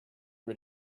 rid